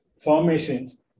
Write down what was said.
formations